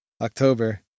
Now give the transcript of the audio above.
October